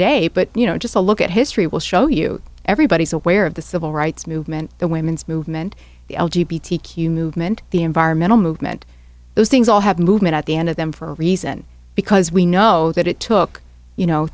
date but you know just a look at history will show you everybody's aware of the civil rights movement the women's movement cue movement the environmental movement those things all have movement at the end of them for a reason because we know that it took you know